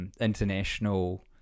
International